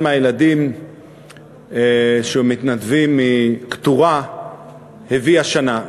מהילדים שהם מתנדבים מקטורה הביא השנה,